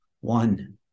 One